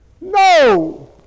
No